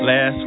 Last